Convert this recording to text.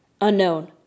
Unknown